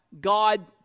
God